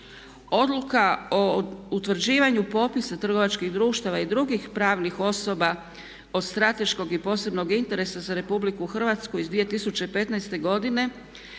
Odluka o utvrđivanju popisa trgovačkih društava i drugih pravnih osoba od strateškog i posebnog interesa za RH iz 2015.,